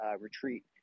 retreat